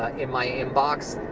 ah in my inbox.